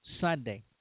Sunday